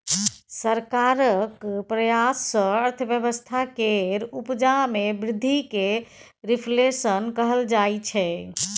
सरकारक प्रयास सँ अर्थव्यवस्था केर उपजा मे बृद्धि केँ रिफ्लेशन कहल जाइ छै